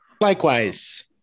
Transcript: Likewise